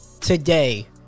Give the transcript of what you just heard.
today